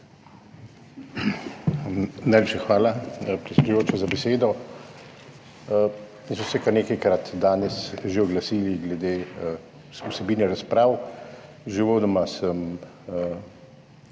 Najlepša hvala, predsedujoča, za besedo. Smo se kar nekajkrat danes že oglasili glede vsebine razprav. Že uvodoma sem